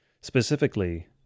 specifically